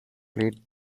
played